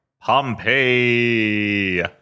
Pompeii